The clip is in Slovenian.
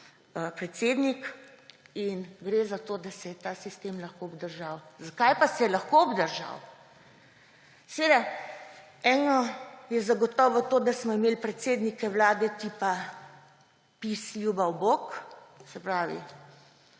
predsednik in gre za to, da se je ta sistem lahko obdržal. Zakaj pa se je lahko obdržal? Seveda, eno je zagotovo to, da smo imeli predsednike vlade tipa »Peace, ljubav, bok«, se pravi,